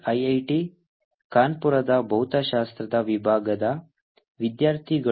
IIT ಕಾನ್ಪುರದ ಭೌತಶಾಸ್ತ್ರ ವಿಭಾಗದ ವಿದ್ಯಾರ್ಥಿಗಳು